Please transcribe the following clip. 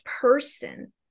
person